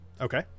Okay